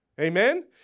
Amen